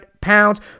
pounds